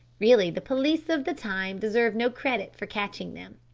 really the police of the time deserve no credit for catching them.